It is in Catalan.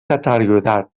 deteriorat